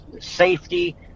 safety